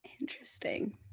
Interesting